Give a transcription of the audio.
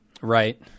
Right